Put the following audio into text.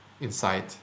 inside